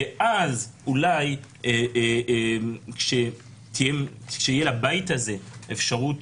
ואז אולי כשתהיה לבית הזה אפשרות